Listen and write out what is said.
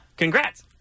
Congrats